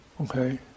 Okay